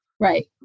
Right